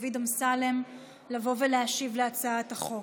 דוד אמסלם לבוא ולהשיב על הצעת החוק.